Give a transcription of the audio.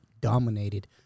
dominated